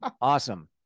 Awesome